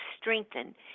strengthened